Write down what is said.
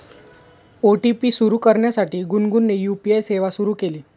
OTP सुरू करण्यासाठी गुनगुनने यू.पी.आय सेवा सुरू केली